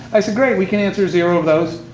i said, great, we can answer zero of those,